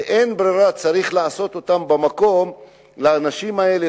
שאין ברירה וצריך לעשות אותן במקום לאנשים האלה,